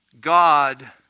God